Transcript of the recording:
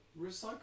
Recycle